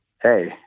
hey